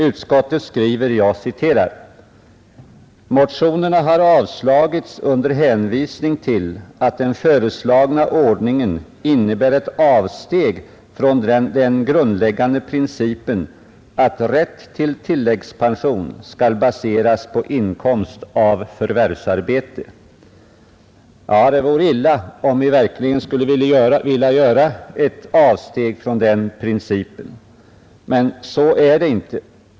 Utskottet skriver: ”Motionerna har avslagits under hänvisning till att den föreslagna ordningen innebär ett avsteg från den grundläggande principen att rätt till tilläggspension skall baseras på inkomst av förvärvsarbete.” Ja, det vore illa om vi verkligen skulle vilja göra ett avsteg från den principen, men så är det inte.